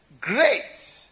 great